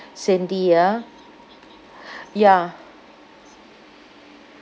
cindy ah ya